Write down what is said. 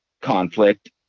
conflict